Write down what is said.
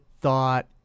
thought